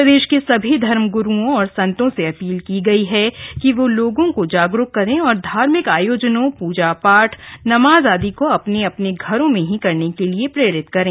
प्रदेश के सभी धर्म ग्रूओं और संतों से अपील की गई है कि वो लोगों को जागरूक करें और धार्मिक आयोजनों पुजा पाठ नमाज आदि को अपने अपने घरों में ही करने के लिए प्रेरित करें